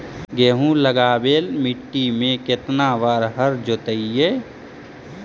गेहूं लगावेल मट्टी में केतना बार हर जोतिइयै?